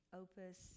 opus